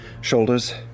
shoulders